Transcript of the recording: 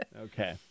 Okay